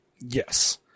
Yes